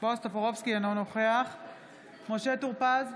אינו נוכח משה טור פז,